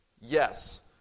Yes